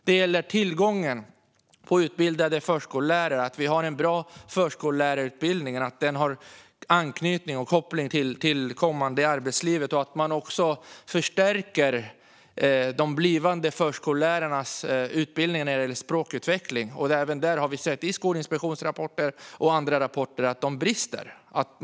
Det gäller tillgången på utbildade förskollärare och att vi har en bra förskollärarutbildning som har anknytning och koppling till det kommande arbetslivet. Man måste också förstärka de blivande förskollärarnas utbildning när det gäller språkutveckling. Även där har vi sett i rapporter från Skolinspektionen och andra att det brister.